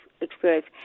experience